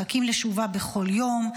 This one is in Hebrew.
מחכים לשובה בכל יום.